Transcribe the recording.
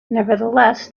nevertheless